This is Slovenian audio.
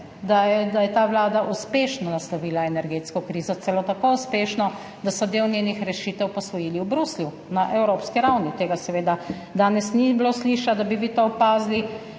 da je ta vlada uspešno naslovila energetsko krizo, celo tako uspešno, da so del njenih rešitev posvojili v Bruslju, na evropski ravni. Tega seveda danes ni bilo slišati, da bi vi to opazili.